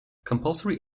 compulsory